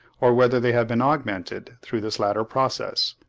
or whether they have been augmented through this latter process.